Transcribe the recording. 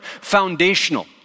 foundational